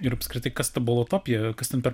ir apskritai kas ta bolotopija kas ten per